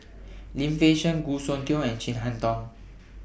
Lim Fei Shen Goh Soon Tioe and Chin Harn Tong